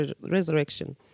resurrection